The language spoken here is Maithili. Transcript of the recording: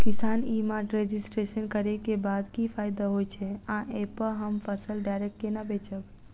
किसान ई मार्ट रजिस्ट्रेशन करै केँ बाद की फायदा होइ छै आ ऐप हम फसल डायरेक्ट केना बेचब?